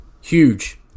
Huge